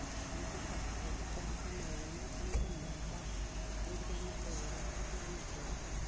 हातूंतली जी तफावत जें आमकां मेळ्ळें ना आनी जें मेळटा जें किदें आमी पळयलें ना तें आमी पळयतात